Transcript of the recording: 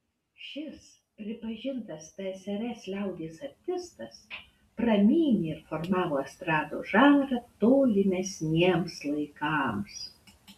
šis pripažintas tsrs liaudies artistas pramynė ir formavo estrados žanrą tolimesniems laikams